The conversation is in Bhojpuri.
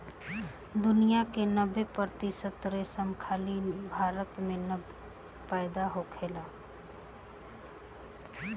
दुनिया के नब्बे प्रतिशत रेशम खाली भारत में पैदा होखेला